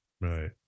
right